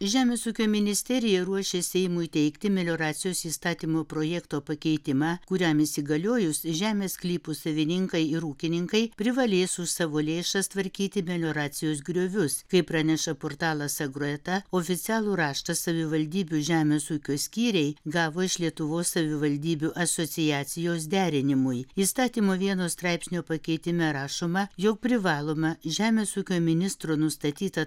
žemės ūkio ministerija ruošia seimui teikti melioracijos įstatymo projekto pakeitimą kuriam įsigaliojus žemės sklypų savininkai ir ūkininkai privalės už savo lėšas tvarkyti melioracijos griovius kaip praneša portalas agroeta oficialų raštą savivaldybių žemės ūkio skyriai gavo iš lietuvos savivaldybių asociacijos derinimui įstatymo vieno straipsnio pakeitime rašoma jog privaloma žemės ūkio ministro nustatyta